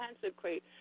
consecrate